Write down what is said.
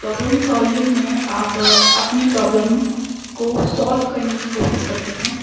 problem solving میں آپ اپنی پرابلم کو سولو کرنے کی کوشش کرتے ہو